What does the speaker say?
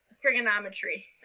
trigonometry